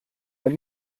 ein